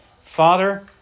Father